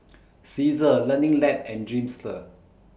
Cesar Learning Lab and Dreamster